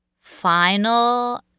final